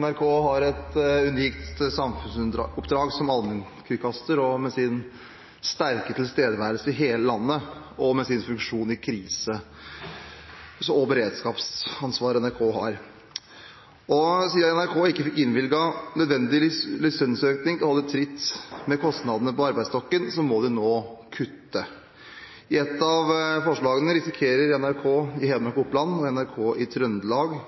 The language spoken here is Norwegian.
NRK har et unikt samfunnsoppdrag som allmennkringkaster, med sin sterke tilstedeværelse i hele landet, med sin funksjon i krise, og med det beredskapsansvaret NRK har. Spørsmålet mitt er: «Siden NRK ikke fikk innvilga nødvendig lisensøkning for å holde tritt med kostnadene på arbeidsstokken, må de nå kutte. I ett av forslagene risikerer NRK Hedmark og Oppland og NRK Trøndelag